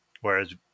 Whereas